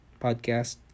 Podcast